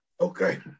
Okay